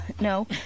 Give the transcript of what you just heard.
no